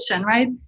right